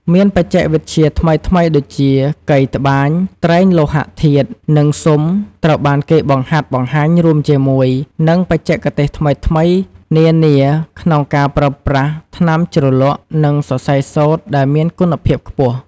មានបច្ចេកវិទ្យាថ្មីៗដូចជា កីត្បាញ ត្រែងលោហធាតុ និងស៊ុំត្រូវបានគេបង្ហាត់បង្ហាញរួមជាមួយ និងបច្ចេកទេសថ្មីៗនានា ក្នុងការប្រើប្រាស់ថ្នាំជ្រលក់ និងសរសៃសូត្រដែលមានគុណភាព ខ្ពស់។